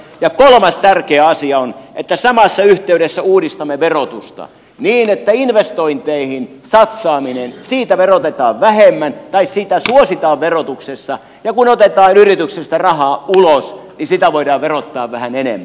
ja kolmas tärkeä asia on että samassa yhteydessä uudistamme verotusta niin että investointeihin satsaamista verotetaan vähemmän tai sitä suositaan verotuksessa ja kun otetaan yrityksestä rahaa ulos sitä voidaan verottaa vähän enemmän